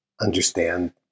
understand